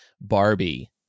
Barbie